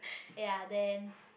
ya then